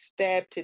stabbed